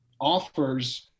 offers